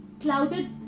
clouded